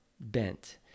bent